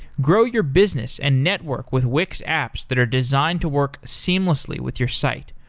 grow your business and network with wix apps that are designed to work seamlessly with your site,